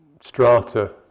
strata